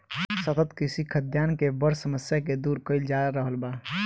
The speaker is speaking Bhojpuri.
सतत कृषि खाद्यान के बड़ समस्या के दूर कइल जा रहल बा